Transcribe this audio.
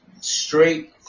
straight